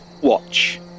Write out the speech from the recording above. Watch